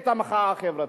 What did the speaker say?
את המחאה החברתית.